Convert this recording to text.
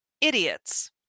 idiots